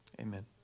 Amen